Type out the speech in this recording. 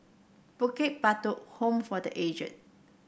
Bukit Batok Home for The Aged